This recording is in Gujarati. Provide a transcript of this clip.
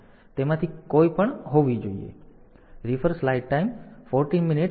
તેથી તેમાંથી કોઈપણ હોવી જોઈએ